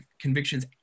convictions